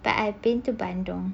but I've been to bandung